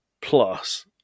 plus